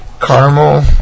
Caramel